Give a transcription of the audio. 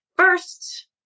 First